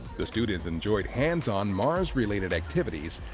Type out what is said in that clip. the students enjoyed hands-on, mars-related activities,